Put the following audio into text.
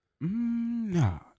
no